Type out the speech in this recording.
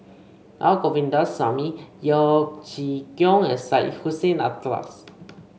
Na Govindasamy Yeo Chee Kiong and Syed Hussein Alatas